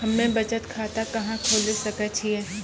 हम्मे बचत खाता कहां खोले सकै छियै?